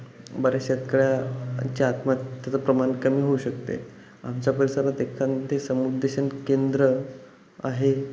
बऱ्याच शेतकऱ्यांच्या आत्महत्येचं प्रमाण कमी होऊ शकते आमच्या परीसरात एखादे समुपदेशन केंद्र आहे